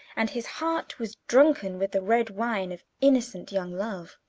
and his heart was drunken with the red wine of innocent young love.